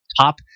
top